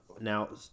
Now